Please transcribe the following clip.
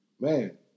man